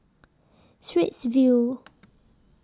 Straits View